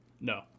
No